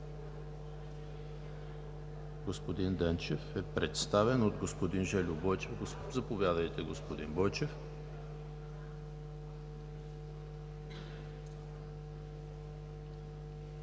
Господин Денчев е представен от господин Жельо Бойчев – заповядайте, господин Бойчев.